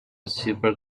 super